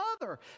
mother